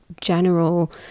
general